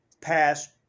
passed